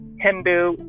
Hindu